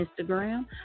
Instagram